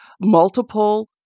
multiple